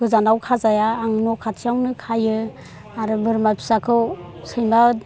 गोजानाव खाजाया आं न' खाथियावनो खायो आरो बोरमा फिसाखौ सैमा